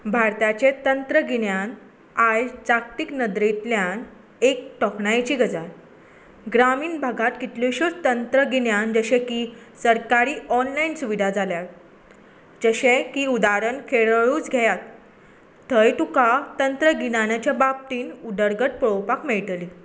भारताचे तंत्रगिन्यान आयज जागतीक नदरेंतल्यान एक तोखणायेची गजाल ग्रामीण भागात कितल्योश्योच तंत्रगिन्यान जशे की सरकारी ऑनलायन सुविधा जाल्या जशें कि उदारण केरळूच घेयात थंय तुका तंत्रगिन्याच्या बाबतींत उदरगत पळोवपाक मेळटली